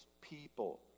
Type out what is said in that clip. people